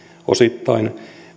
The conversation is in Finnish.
osittain